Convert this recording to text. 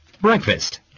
Breakfast